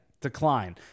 decline